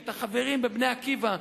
את החברים ב"בני עקיבא",